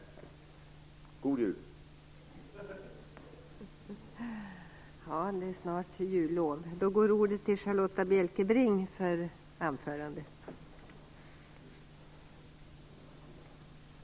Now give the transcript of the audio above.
God jul!